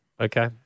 Okay